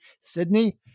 Sydney